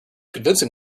convincing